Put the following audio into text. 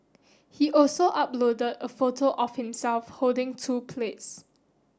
he also uploaded a photo of himself holding two plates